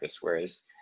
Whereas